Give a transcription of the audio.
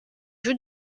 joue